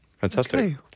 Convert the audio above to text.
Fantastic